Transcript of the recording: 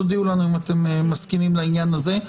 תודיעו לנו אם אתם מסכימים לעניין הזה.